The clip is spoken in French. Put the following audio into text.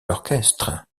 l’orchestre